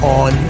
on